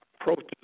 approaches